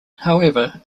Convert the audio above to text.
however